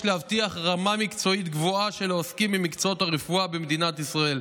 יש להבטיח רמה מקצועית גבוהה של העוסקים במקצועות הרפואה במדינת ישראל.